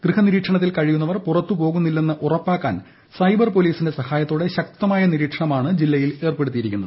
ഗൃഹനിരീക്ഷണത്തിൽ കഴിയുന്നവർ പുറത്തുപോകുന്നില്ലെന്ന് ഉറപ്പാക്കാൻ സൈബർ പോലീസിന്റെ സഹായത്തോടെ ശക്തമായ നിരീക്ഷണമാണ് ജില്ലയിൽ ഏർപ്പെടുത്തിയിരിക്കുന്നത്